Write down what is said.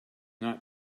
not